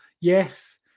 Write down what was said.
yes